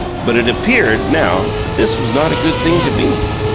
but it appeared now that this was not a good thing to be.